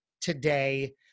today